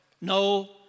no